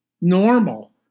Normal